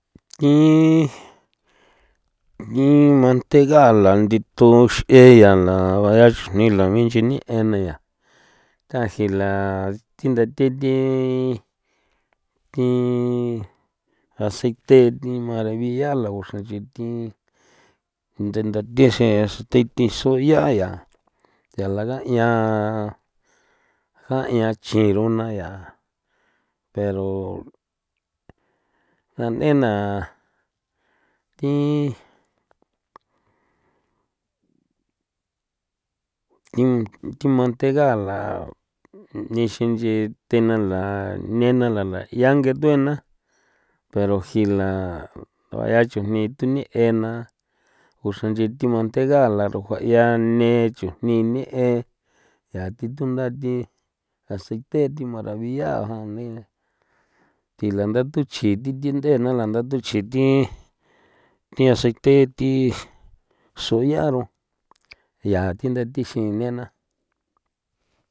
Thin ni mantegala nthithu x'e ya la baya xranila minchi ni'e naya tagila thi ndathee thi thi aceite ni maravilla la o xra nch'i thi ndendathe'e xeen thi thi so'ya ya ya la ga'ian ga'ian chiru'na ya pero na n'ena thi thi manthegala nixinchin thinala nena lala yange thuena pero jila ba yaa chujni thuni ena uxranchi thi manthegala rajua 'ia ne chujni nie'e yaa thi thunda thi aceite thi maravilla jani thila nda thuchji thi thind'e nala nda thuchjin thi thi aceite thi so'yaro yaa thi ntha thixin nena.